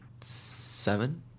seven